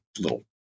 little